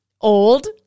old